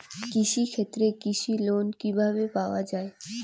কৃষি ক্ষেত্রে কৃষি লোন কিভাবে পাওয়া য়ায়?